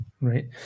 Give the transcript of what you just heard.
Right